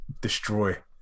destroy